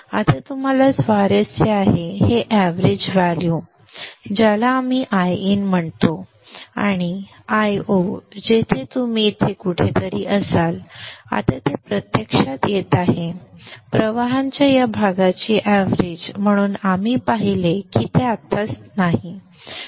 आता तुम्हाला स्वारस्य आहे हे एवरेज व्हॅल्यू ज्याला आपण Iin म्हणतो आणि Io जेथे तुम्ही इथे कुठेतरी असाल आणि ते प्रत्यक्षात येत आहे प्रवाहांच्या या भागाची एवरेज म्हणून आपण पाहिले की आत्ताच ते नाही